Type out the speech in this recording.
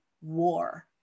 war